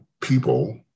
people